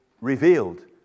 revealed